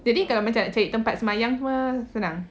jadi kalau nak cari tempat sembahyang semua senang